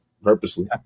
Purposely